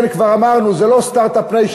כן, כבר אמרנו, זה לא Start-up Nation.